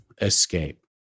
escape